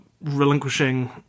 relinquishing